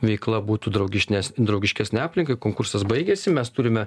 veikla būtų draugišnesnė draugiškesnė aplinkai konkursas baigėsi mes turime